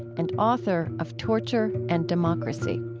and author of torture and democracy